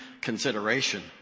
consideration